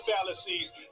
fallacies